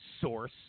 source